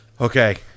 Okay